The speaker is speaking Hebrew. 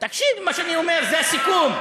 תקשיב למה שאני אומר, זה הסיכום.